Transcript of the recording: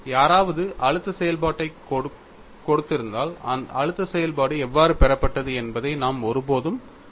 யாராவது அழுத்த செயல்பாட்டைக் கொடுத்திருந்தால் அழுத்த செயல்பாடு எவ்வாறு பெறப்பட்டது என்பதை நாம் ஒருபோதும் கேட்க மாட்டோம்